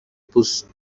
پوست